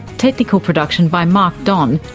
technical production by mark don,